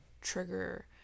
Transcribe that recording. trigger